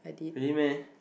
really meh